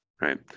Right